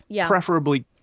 preferably